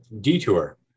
detour